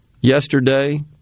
yesterday